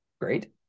great